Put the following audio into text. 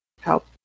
help